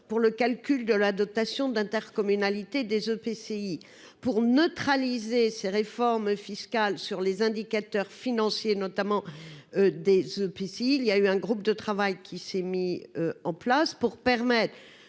pour le calcul de la dotation d'intercommunalité des EPCI pour neutraliser ces réformes fiscales sur les indicateurs financiers, notamment des officines il y a eu un groupe de travail qui s'est mis en place pour permettre